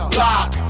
lock